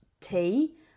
Tea